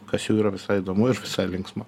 kas jau yra visai įdomu ir linksma